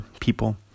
people